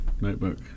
notebook